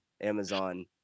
Amazon